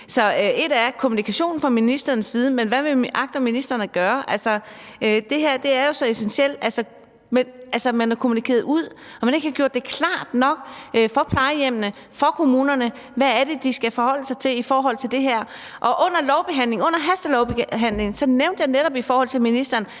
Så ét er kommunikationen fra ministerens side, men hvad agter ministeren at gøre? Det her er jo så essentielt. Altså, man har kommunikeret ud på en måde, hvor man ikke har gjort det klart nok for plejehjemmene og for kommunerne, hvad de skal forholde sig til i forhold til det her. Under hastelovbehandlingen nævnte jeg netop over for ministeren,